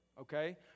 okay